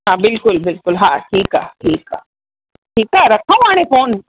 हा बिल्कुलु बिल्कुलु हा ठीकु आहे ठीकु आहे ठीकु आहे रखूं हाणे फ़ोन